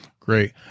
Great